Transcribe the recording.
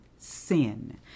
sin